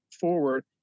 forward